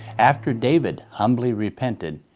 after david humbly repented,